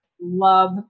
love